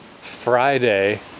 Friday